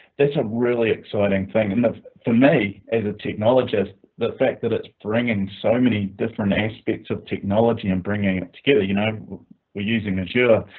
that's a really exciting thing, enough for maine. as a technologist. the fact that it's bringing so many different aspects of technology and bring it together. you know we're using a sure